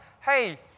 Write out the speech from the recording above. Hey